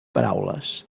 paraules